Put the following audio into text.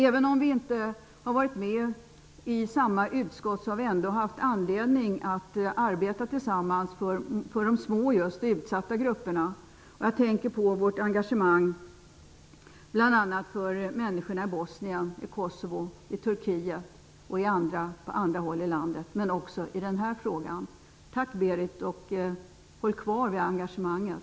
Även om vi inte har varit med i samma utskott har vi ändå haft anledning att arbeta tillsammans just för de små och utsatta grupperna. Jag tänker på vårt engagemang bl.a. för människorna i Bosnien, i Kosovo, i Turkiet och på andra håll i världen, men också i den här frågan. Tack, Berith Eriksson! Håll kvar engagemanget!